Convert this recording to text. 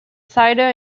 cider